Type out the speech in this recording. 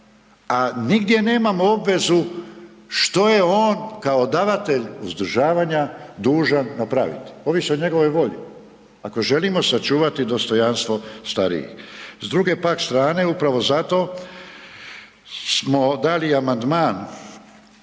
a nigdje nemamo obvezu što je on kao davatelj uzdržavanja dužan napraviti. Ovisi o njegovoj volji. Ako želimo sačuvati dostojanstvo starijih. S druge par strane, upravo zato smo dali amandman